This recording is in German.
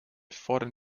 fordern